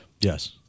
Yes